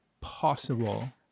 possible